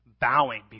bowing